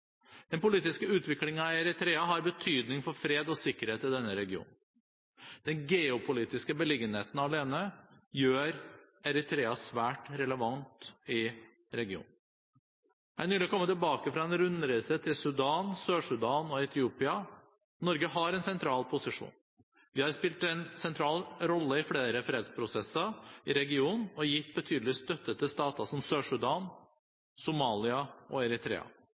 Den politiske utviklingen i Eritrea har betydning for fred og sikkerhet i denne regionen. Den geopolitiske beliggenheten alene gjør Eritrea svært relevant i regionen. Jeg har nylig kommet tilbake fra en rundreise til Sudan, Sør-Sudan og Etiopia. Norge har en sentral posisjon. Vi har spilt en sentral rolle i flere fredsprosesser i regionen og gitt betydelig støtte til stater som Sør-Sudan, Somalia og Eritrea.